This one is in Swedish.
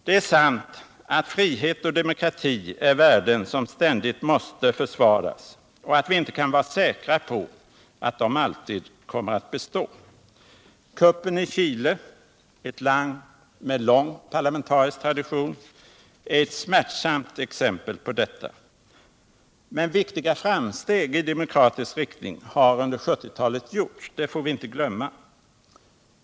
Det är sant att frihet och demokrati är värden som ständigt måste försvaras och att vi inte kan vara säkra på att de alltid kommer att bestå. Kuppen i Chile —- ett land med lång parlamentarisk tradition — är ett smärtsamt exempel på detta. Men viktiga framsteg i demokratisk riktning har under 1970-talet gjorts — det får vi inte glömma.